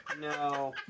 No